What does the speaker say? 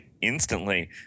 instantly